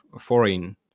foreign